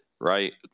Right